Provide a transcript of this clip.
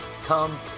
come